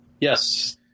Yes